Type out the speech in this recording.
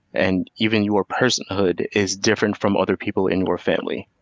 and even your personhood is different from other people in your family.